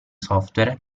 software